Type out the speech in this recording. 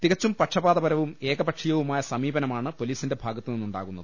തികച്ചും പക്ഷപാതപരവും ഏകപക്ഷീയവുമായ സമീപനമാണ് പൊലീസിന്റെ ഭാഗത്തുനിന്നുണ്ടാകുന്നത്